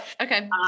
okay